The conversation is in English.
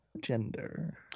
gender